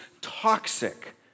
toxic